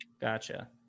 gotcha